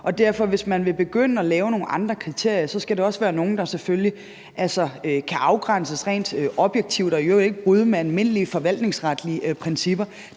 Så hvis man vil begynde at lave nogle andre kriterier, skal det derfor også være nogle, der selvfølgelig kan afgrænses rent objektivt og i øvrigt ikke bryde med almindelige forvaltningsretlige principper.